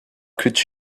could